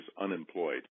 unemployed